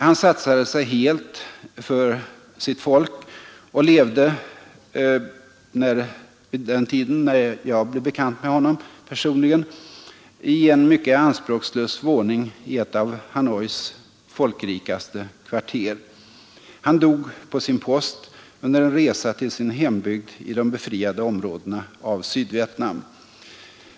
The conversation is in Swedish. Han satsade sig helt för sitt folk och levde vid den tiden då jag personligen blev bekant med honom i en mycket anspråkslös våning i ett av Hanois folkrikaste kvarter. Han dog på sin post — under en resa till sin hembygd i de befriade områdena av Sydvietnam.